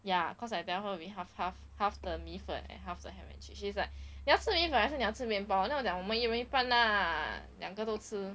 ya cause I never make half half half 的米粉 and half 的 ham and she say then like 你要吃米粉还是你要吃面包 then 我讲我们一人一半两个都吃